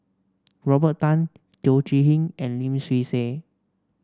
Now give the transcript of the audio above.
Robert Tan Teo Chee Hean and Lim Swee Say